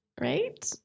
right